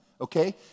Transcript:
okay